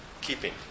keeping